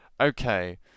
Okay